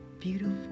beautiful